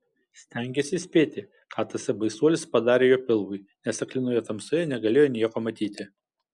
stengėsi įspėti ką tasai baisuolis padarė jo pilvui nes aklinoje tamsoje negalėjo nieko matyti